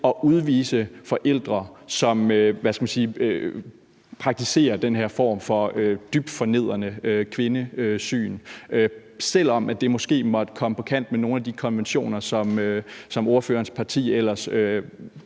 at udvise forældre, som praktiserer den her form for dybt fornedrende kvindesyn, selv om det måske måtte komme på kant med nogle af de konventioner, som ordførerens parti ellers